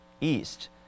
east